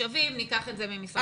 מהתושבים אלא ניקח את זה ממשרד הפנים.